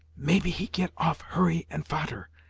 maybe he get off hurry and fader,